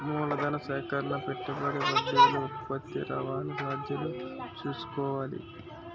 మూలధన సేకరణ పెట్టుబడి వడ్డీలు ఉత్పత్తి రవాణా చార్జీలు చూసుకోవాలి